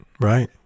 right